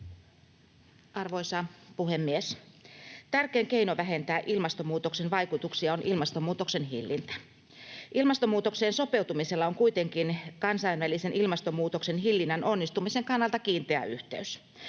Arvoisa puhemies! Tärkein keino vähentää ilmastonmuutoksen vaikutuksia on ilmastonmuutoksen hillintä. Ilmastonmuutokseen sopeutumisella on kuitenkin kansainvälisen ilmastonmuutoksen hillinnän onnistumisen kannalta kiinteä yhteys.